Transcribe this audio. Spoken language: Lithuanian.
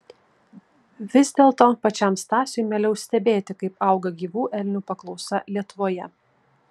vis dėlto pačiam stasiui mieliau stebėti kaip auga gyvų elnių paklausa lietuvoje